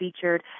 featured